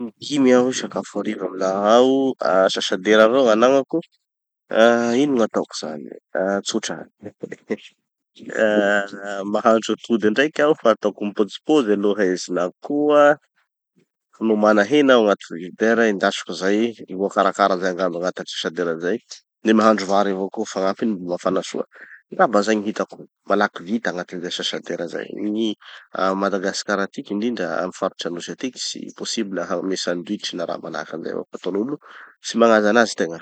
[Mana vahiny] dimy aho hisakafo hariva aminaha ao, asasadera avao gn'anagnako. Ah ino gn'ataoko zany? Tsotra! Ah mahandro atody andraiky aho fa ataoko mipozipozy aloha izy na koa no mana hena aho agnaty frizidera, endasiko zay. Voakarakara zay angamba agnatin'ny asasadera zay. De mahandro vary avao koa ho fagnampiny, mbo mafana soa. Gamba zay gny hitako malaky vita agnatin'izay asasadera zay. Gny a madagasikara atiky indrindra amy faritra anosy atiky, tsy possible hagnome sandwich na raha manahaky anizay fa ataon'olo tsy magnaja anazy tegna.